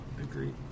Agreed